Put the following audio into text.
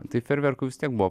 tai fejerverkų vis tiek buvo